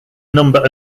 number